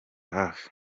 hafi